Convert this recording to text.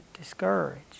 discouraged